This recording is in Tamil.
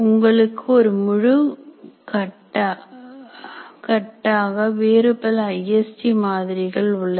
உங்களுக்கு ஒரு முழு கட்டாக வேறுபல ஐஎஸ்டி மாதிரிகள் உள்ளன